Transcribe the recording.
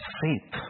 faith